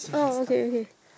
oh okay okay